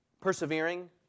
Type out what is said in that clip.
persevering